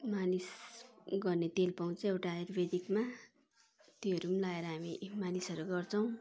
मालिस गर्ने तेल पाउँछ एउटा आयुर्वेदिकमा त्योहरू लगाएर हामी मालिसहरू गर्छौँ